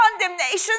condemnation